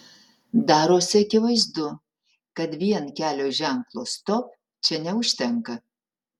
darosi akivaizdu kad vien kelio ženklo stop čia neužtenka